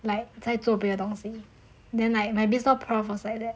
like 在做别的东西 then like my business law prof was like that